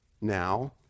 Now